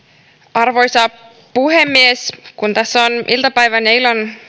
arvoisa puhemies kun tässä on iltapäivän ja illan